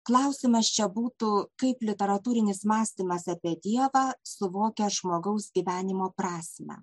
klausimas čia būtų kaip literatūrinis mąstymas apie dievą suvokia žmogaus gyvenimo prasmę